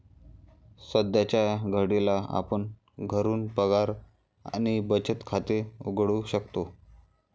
सध्याच्या घडीला आपण घरून पगार आणि बचत खाते उघडू शकतो